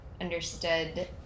understood